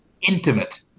Intimate